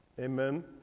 Amen